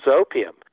opium